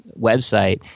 website